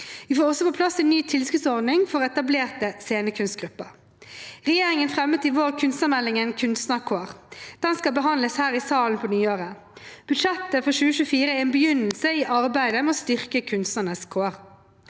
Vi får også på plass en ny tilskuddsordning for etablerte scenekunstgrupper. Regjeringen fremmet i vår kunstnermeldingen Kunstnarkår, som skal behandles her i salen på nyåret. Budsjettet for 2024 er en begynnelse i arbeidet med å styrke kunstnernes kår.